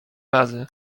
razy